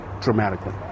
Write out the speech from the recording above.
dramatically